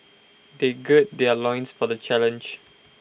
they gird their loins for the challenge